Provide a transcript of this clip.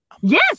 Yes